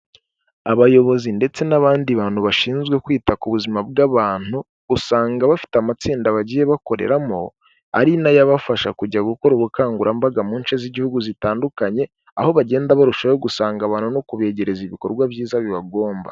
Abayobozi ndetse n'abandi bantu bashinzwe kwita ku buzima bw'abantu usanga bafite amatsinda bagiye bakoreramo, ari nayo abafasha kujya gukora ubukangurambaga mu nshye z'igihugu zitandukanye, aho bagenda barushaho gusanga abantu no kubegereza ibikorwa byiza bibagomba.